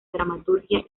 dramaturgia